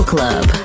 Club